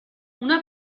una